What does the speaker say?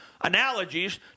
analogies